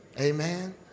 Amen